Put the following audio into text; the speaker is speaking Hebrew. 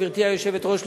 גברתי היושבת-ראש,